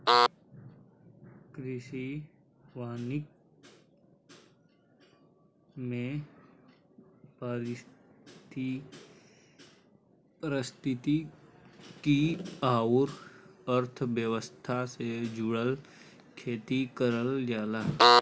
कृषि वानिकी में पारिस्थितिकी आउर अर्थव्यवस्था से जुड़ल खेती करल जाला